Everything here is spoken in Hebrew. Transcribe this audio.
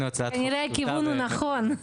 כנראה, הכיוון הוא נכון.